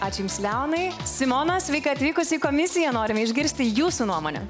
ačiū jums leonai simona sveika atvykus į komisiją norime išgirsti jūsų nuomonę